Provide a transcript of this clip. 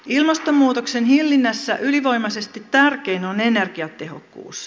ilmastonmuutoksen hillinnässä ylivoimaisesti tärkein on energiatehokkuus